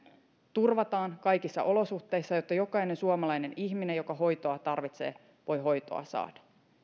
turvataan kaikissa olosuhteissa jotta jokainen suomalainen ihminen joka hoitoa tarvitsee voi hoitoa saada